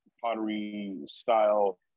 pottery-style